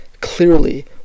Clearly